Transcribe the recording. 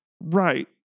Right